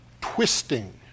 twisting